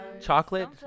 chocolate